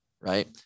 Right